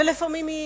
ולפעמים היא